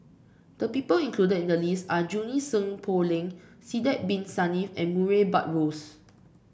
the people included in the list are Junie Sng Poh Leng Sidek Bin Saniff and Murray Buttrose